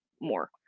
more